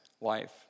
life